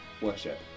worship